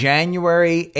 January